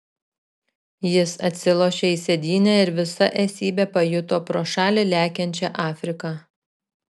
jis atsilošė į sėdynę ir visa esybe pajuto pro šalį lekiančią afriką